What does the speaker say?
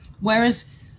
Whereas